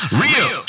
real